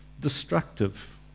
destructive